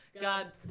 God